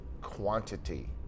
quantity